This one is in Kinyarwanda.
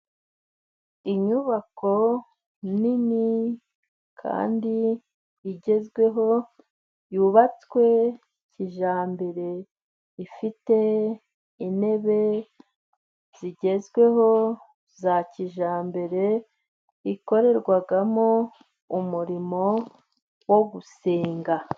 Inyubako nini kandi igezweho yubatswe kijyambere, ifite intebe zigezweho za kijyambere, ikorerwamo umurimo wo gusenga.